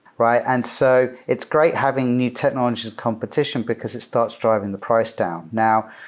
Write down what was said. right? and so it's great having new technologies as competition because it starts driving the price down. now,